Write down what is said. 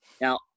Now